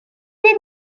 dites